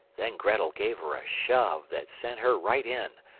then grettel gave her a shove that sent her right in,